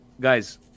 Guys